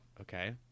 Okay